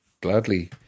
Gladly